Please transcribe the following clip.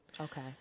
Okay